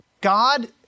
God